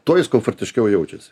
tuo jis komfortiškiau jaučiasi